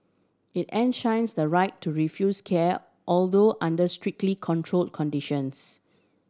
it enshrines the right to refuse care although under strictly control conditions